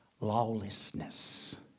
Lawlessness